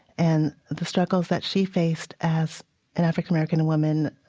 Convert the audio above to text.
and the struggles that she faced as an african-american woman,